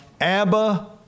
Abba